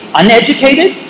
uneducated